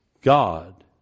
God